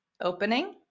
opening